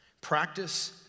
practice